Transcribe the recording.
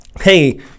Hey